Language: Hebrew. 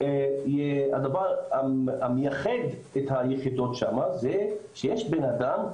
הדבר המייחד את היחידות שם זה שיש בן אדם,